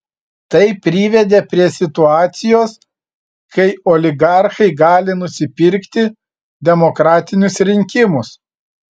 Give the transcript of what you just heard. tai privedė prie situacijos kai oligarchai gali nusipirkti demokratinius rinkimus